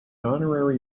honorary